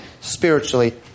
spiritually